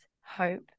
hope